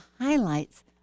highlights